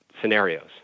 scenarios